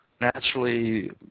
naturally